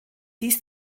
dies